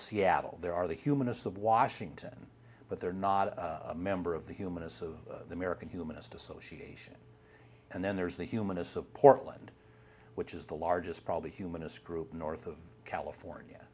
seattle there are the humanists of washington but they're not a member of the humanists of the american humanist association and then there's the humanists of portland which is the largest probably humanist group north of california